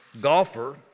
golfer